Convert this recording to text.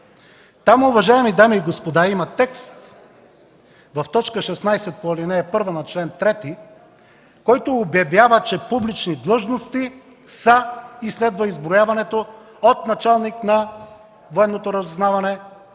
Там, уважаеми дами и господа, има текст в чл. 3, ал. 1, т. 16, който обявява, че „публични длъжности са” и следва изброяването от началника на Военното разузнаване,